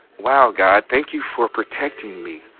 wow, god, thank you for protecting me.